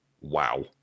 wow